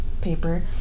paper